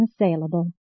unassailable